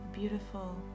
Beautiful